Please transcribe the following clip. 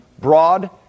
broad